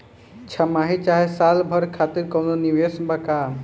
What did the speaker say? छमाही चाहे साल भर खातिर कौनों निवेश बा का?